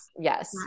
Yes